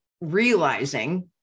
realizing